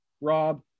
rob